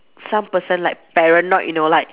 some person like paranoid you know like